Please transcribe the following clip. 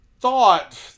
thought